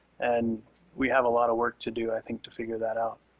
and we have a lot of work to do, i think, to figure that out.